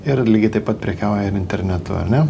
ir lygiai taip pat prekiauja ir internetu ar ne